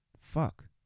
fuck